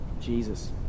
Jesus